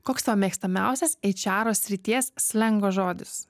koks tavo mėgstamiausias eičero srities slengo žodis